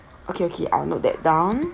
okay okay I'll note that down